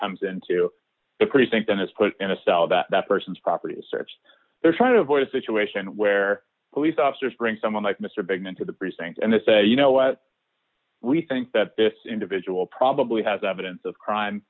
comes into the precinct then is put in a cell that that person's property is searched they're trying to avoid a situation where police officers bring someone like mr big man to the precinct and they say you know what we think that this individual probably has evidence of crime